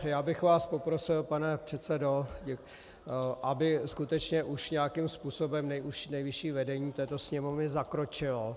Já bych vás poprosil, pane předsedo, aby skutečně už nějakým způsobem nejvyšší vedení této Sněmovny zakročilo.